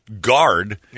guard